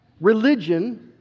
religion